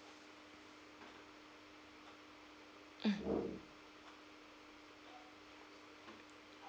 mm